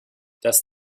das